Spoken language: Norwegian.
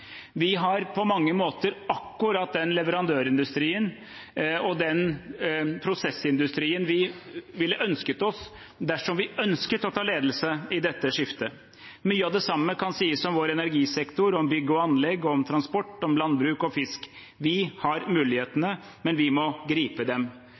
Vi har på mange måter akkurat den leverandørindustrien og den prosessindustrien vi ville ønsket oss dersom vi ønsket å ta ledelsen i dette skiftet. Mye av det samme kan sies om vår energisektor, om bygg og anlegg, om transport, om landbruk og fisk. Vi har mulighetene, men vi må gripe dem.